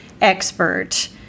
expert